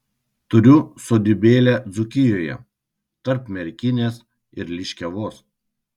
turiu sodybėlę dzūkijoje tarp merkinės ir liškiavos